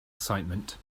excitement